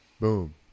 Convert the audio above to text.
boom